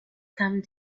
come